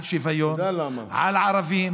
על שוויון, על ערבים.